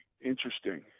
interesting